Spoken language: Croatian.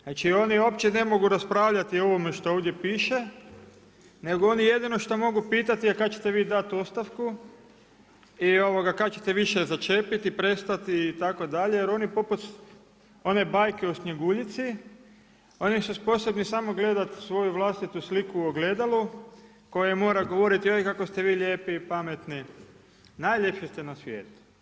Znači oni uopće ne mogu raspravljati ovome što ovdje piše nego oni jedino što mogu pitati, a kad ćete vi dati ostavku i kad ćete više začepiti i prestati itd. jer oni poput one bajke o Snjeguljici, oni su sposobni samo gledat svoju vlastitu sliku u ogledalu koja im mora govoriti – joj kako ste vi lijepi i pametni, najljepši ste na svijetu.